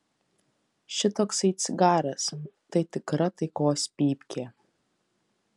šitoksai cigaras tai tikra taikos pypkė